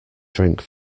drink